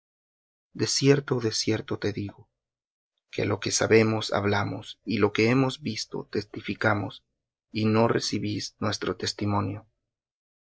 de cierto te digo que lo que sabemos hablamos y lo que hemos visto testificamos y no recibís nuestro testimonio